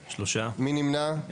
3 נמנעים,